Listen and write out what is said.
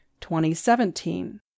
2017